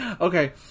Okay